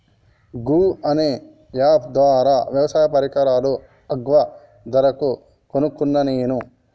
గూ అనే అప్ ద్వారా వ్యవసాయ పరికరాలు అగ్వ ధరకు కొనుకున్న నేను